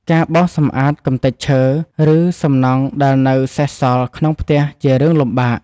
ការបោសសម្អាតកម្ទេចឈើ ឬសំណង់ដែលនៅសេសសល់ក្នុងផ្ទះ ជារឿងលំបាក។